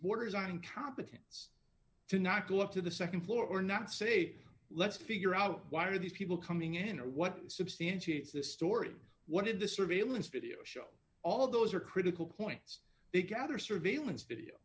borders on incompetence to not go up to the nd floor or not say let's figure out why are these people coming in or what substantiates the story what did the surveillance video show all those are critical points they gather surveillance video